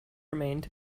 remained